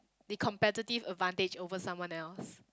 the competitive advantage over someone else